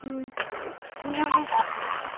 यहाँ